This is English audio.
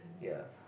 ya